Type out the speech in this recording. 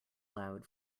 loud